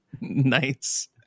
Nice